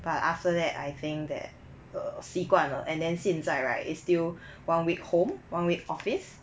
but after that I think that err 习惯了 and then 现在 right is still one week home one week office